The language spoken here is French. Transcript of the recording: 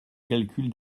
calcul